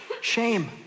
Shame